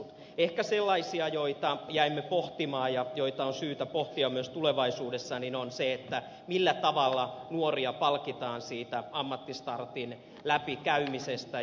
ehkä yksi sellaisia asioita joita jäimme pohtimaan ja joita on syytä pohtia myös tulevaisuudessa on se millä tavalla nuoria palkitaan siitä ammattistartin läpikäymisestä